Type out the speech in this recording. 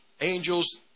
angels